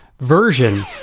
version